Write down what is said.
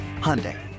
Hyundai